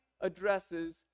addresses